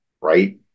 right